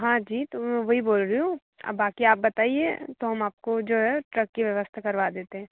हाँ जी तो मैं वही बोल रही हूँ अब बाकी आप बताइए तो हम आप को जो है ट्रक की व्यवस्था करवा देते हैं